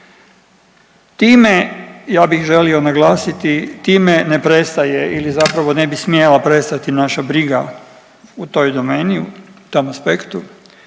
Time ja bih želio naglasiti time ne prestaje ili zapravo ne bi smjela prestati naša briga u toj domeni, u tom aspektu.